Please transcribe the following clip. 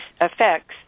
effects